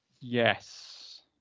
Yes